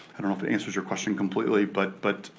i don't know if it answers your question completely, but but